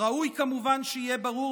"ראוי כמובן שיהיה ברור,